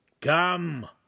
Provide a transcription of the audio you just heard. Come